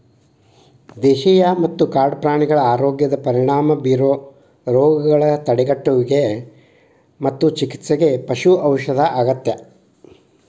ದೇಶೇಯ ಮತ್ತ ಕಾಡು ಪ್ರಾಣಿಗಳ ಆರೋಗ್ಯದ ಪರಿಣಾಮ ಬೇರುವ ರೋಗಗಳ ತಡೆಗಟ್ಟುವಿಗೆ ಮತ್ತು ಚಿಕಿತ್ಸೆಗೆ ಪಶು ಔಷಧ ಅಗತ್ಯ